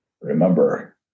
remember